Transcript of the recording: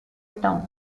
town